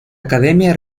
academia